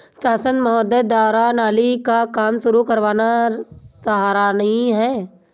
सांसद महोदय द्वारा नाली का काम शुरू करवाना सराहनीय है